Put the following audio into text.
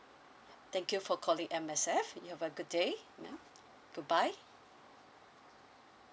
thank you for calling M_S_F you have a good day good bye